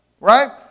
right